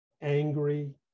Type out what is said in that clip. angry